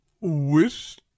wish